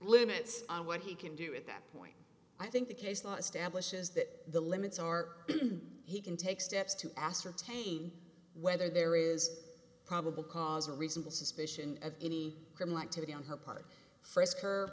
limits on what he can do at that point i think the case law establishes that the limits are he can take steps to ascertain whether there is probable cause a reasonable suspicion of any criminal activity on her part frisk her